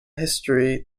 history